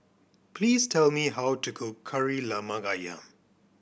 please tell me how to cook Kari Lemak Ayam